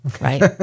right